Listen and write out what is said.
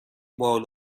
بال